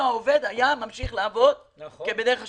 העובד היה ממשיך לעבוד כבדרך השגרה.